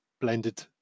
blended